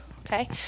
okay